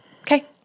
Okay